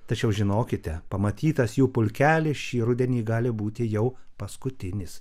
tačiau žinokite pamatytas jų pulkelis šį rudenį gali būti jau paskutinis